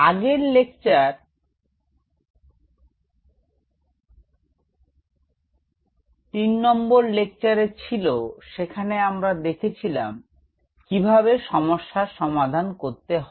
আগের 3 নম্বর লেকচারএ আমরা দেখেছিলাম কিভাবে সমস্যার সমাধান করতে হয়